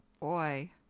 Boy